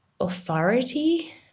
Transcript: authority